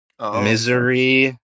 Misery